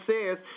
says